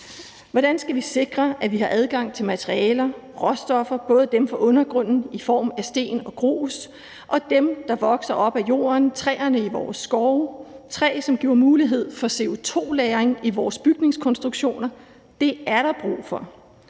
Hvordan skal vi sikre, at vi har adgang til materialer, råstoffer, både dem fra undergrunden i form af sten og grus, og dem, der vokser op af jorden, træerne i vores skove – træ, som giver mulighed for CO2-lagring i vores bygningskonstruktioner? Det er der brug for.